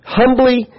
humbly